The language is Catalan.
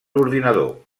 ordinador